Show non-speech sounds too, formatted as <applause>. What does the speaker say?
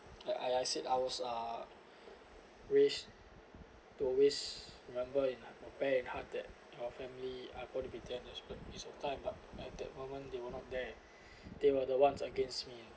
I I said I was uh raised to always remember in like prepare a heart that your family are gonna be there during desperate time but at that moment they were not there <breath> they were the ones against me